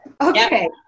Okay